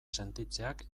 sentitzeak